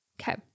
Okay